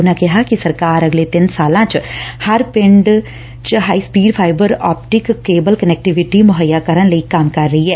ਉਨਾਂ ਕਿਹਾ ਕਿ ਸਰਕਾਰ ਅਗਲੇ ਤਿੰਨ ਸਾਲਾਂ ਚ ਹਰ ਪਿੰਡ high speed fibre optic cable connectivity ਮੁਹੱਈਆ ਕਰਨ ਲਈ ਕੰਮ ਕਰ ਰਹੀ ਐ